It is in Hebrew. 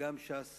שגם ש"ס